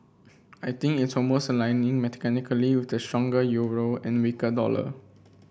I think it's almost aligning mechanically with the stronger euro and weaker dollar